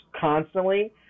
constantly